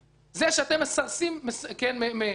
זה שאתם מסרסרים בקרקעות